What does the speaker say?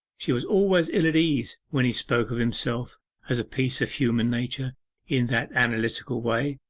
she was always ill at ease when he spoke of himself as a piece of human nature in that analytical way,